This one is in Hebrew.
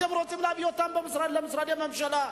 אתם רוצים להביא אותם למשרדי ממשלה.